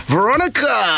Veronica